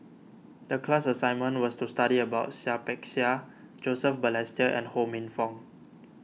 the class assignment was to study about Seah Peck Seah Joseph Balestier and Ho Minfong